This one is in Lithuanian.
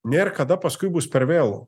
nėr kada paskui bus per vėlu